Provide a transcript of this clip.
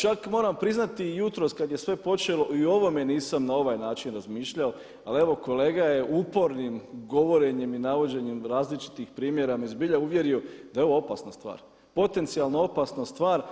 Čak moram priznati i jutros kad je sve počelo i o ovome nisam na ovaj način razmišljao, ali evo kolega je upornim govorenjem i navođenjem različitih primjera me zbilja uvjerio da je ovo opasna stvar, potencijalno opasna stvar